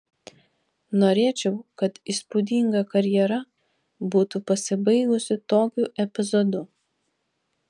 norėčiau kad įspūdinga karjera būtų pasibaigusi tokiu epizodu